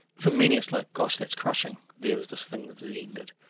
for many it's like gosh, that's crushing. there is this thing that has ended.